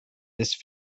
this